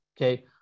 okay